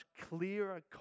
clearer